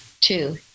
two